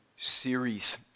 series